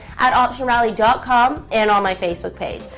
at optionrally dot com and on my facebook page.